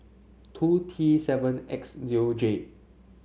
two T seven X zero J